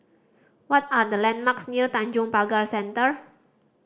what are the landmarks near Tanjong Pagar Centre